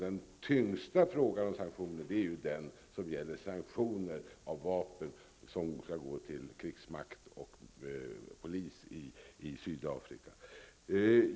Den tyngsta frågan när det gäller sanktionerna är sanktionerna beträffande vapen som skall gå till krigsmakt och polis i Sydafrika.